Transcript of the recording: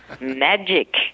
Magic